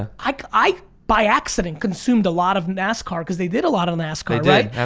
ah i by accident consumed a lot of nascar cause they did a lot of nascar, right?